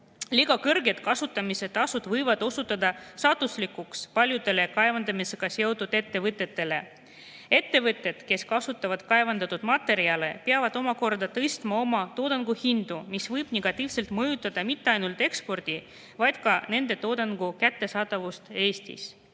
kõrged kasutamistasud võivad osutuda saatuslikuks paljudele kaevandamisega seotud ettevõtetele. Ettevõtted, kes kasutavad kaevandatud materjale, peavad omakorda tõstma oma toodangu hindu, mis võib negatiivselt mõjutada mitte ainult eksporti, vaid ka nende toodangu kättesaadavust Eestis.